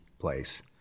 place